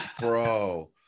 Bro